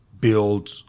build